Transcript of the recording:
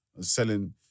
selling